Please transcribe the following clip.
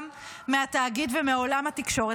גם מהתאגיד ומעולם התקשורת.